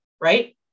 right